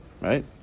right